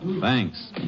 Thanks